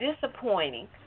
disappointing